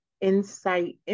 insight